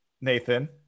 nathan